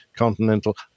Continental